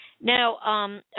now